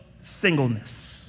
singleness